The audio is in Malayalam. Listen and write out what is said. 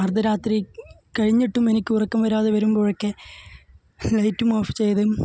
അര്ധരാത്രി കഴിഞ്ഞിട്ടും എനിക്ക് ഉറക്കം വരാതെ വരുമ്പോഴൊക്കെ ലൈറ്റും ഓഫ് ചെയ്ത്